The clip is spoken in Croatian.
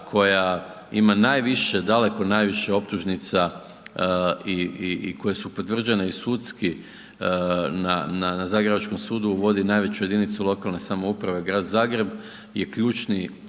koja ima najviše, daleko najviše optužnica i koje su potvrđene i sudski na zagrebačkom sudu, vodi najveću jedinicu lokalne samouprave, Grad Zagreb, je ključni